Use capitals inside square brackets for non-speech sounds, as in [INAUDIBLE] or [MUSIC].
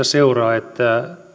[UNINTELLIGIBLE] seuraa että